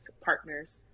partners